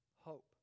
hope